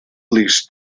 least